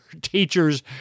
teachers